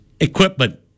equipment